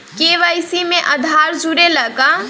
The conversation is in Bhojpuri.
के.वाइ.सी में आधार जुड़े ला का?